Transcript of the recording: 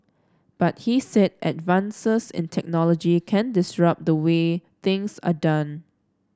but he said advances in technology can disrupt the way things are done